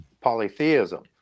polytheism